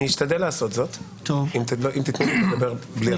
אני אשתדל לעשות זאת אם תתנו לי לדבר בלי הפרעה.